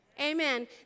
Amen